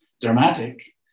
dramatic